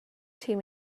team